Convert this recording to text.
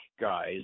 guys